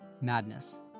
madness